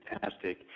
fantastic